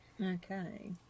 Okay